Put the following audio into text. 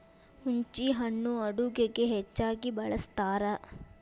ಹುಂಚಿಹಣ್ಣು ಅಡುಗೆಗೆ ಹೆಚ್ಚಾಗಿ ಬಳ್ಸತಾರ